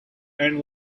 and